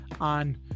on